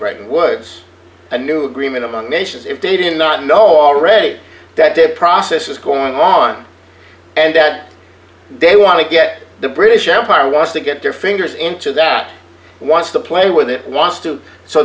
britain woods a new agreement among nations if they did not know already that did process was going on and that they want to get the british empire was to get their fingers into that wants to play with it wants to so